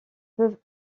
peuvent